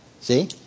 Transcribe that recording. See